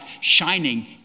shining